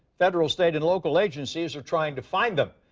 federal, state and local agencies are trying to find them.